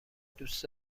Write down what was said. دوست